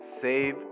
save